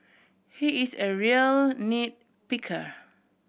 he is a real nit picker